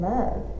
Love